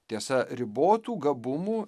tiesa ribotų gabumų